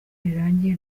rirangiye